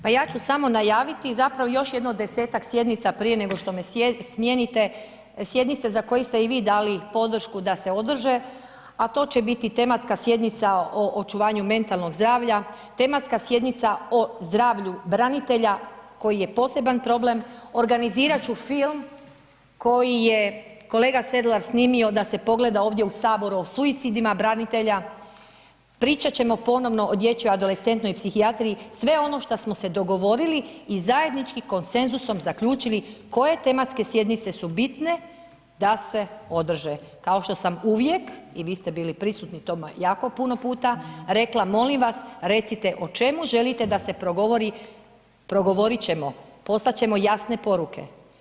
Pa ja ću samo najaviti zapravo još jedno desetak sjednica prije nego što me smijenite, sjednice za koje ste i vi dali podršku da se održe, a to će biti tematska sjednica o očuvanju mentalnog zdravlja, tematska sjednica o zdravlju branitelja koji je poseban problem, organizirat ću film koji je kolega Sedlar snimio da se pogleda ovdje u HS o suicidima branitelja, pričat ćemo ponovno o dječjoj adolescentnoj psihijatriji, sve ono šta smo se dogovorili i zajednički konsenzusom zaključili koje tematske sjednice su bitne da se održe, kao što sam uvijek, i vi ste bili prisutni tome jako puno puta, rekla molim vas recite o čemu želite da se progovori, progovorit ćemo, poslat ćemo jasne poruke.